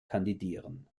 kandidieren